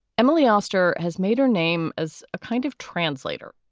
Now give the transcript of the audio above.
emily oster has made her name as a kind of translator.